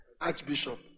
Archbishop